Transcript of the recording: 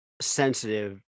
sensitive